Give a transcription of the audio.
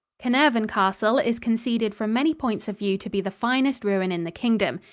carnarvon castle is conceded from many points of view to be the finest ruin in the kingdom.